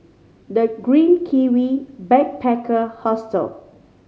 The Green Kiwi Backpacker Hostel